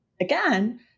again